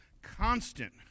Constant